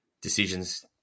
decisions